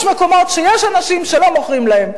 יש מקומות שיש אנשים שלא מוכרים להם,